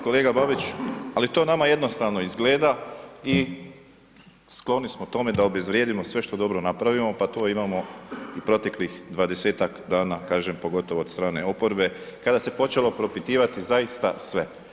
Kolega Babić, ali to nama jednostavno izgleda i skloni smo tome da obezvrijedimo sve što dobro napravimo pa to imamo i proteklih 20-tak dana, kažem pogotovo od strane oporbe kada se počelo propitivati zaista sve.